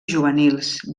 juvenils